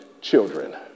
children